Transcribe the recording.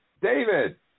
David